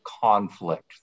conflict